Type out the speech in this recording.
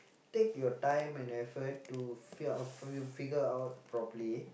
take your time and effort to f~ figure out properly